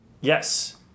Yes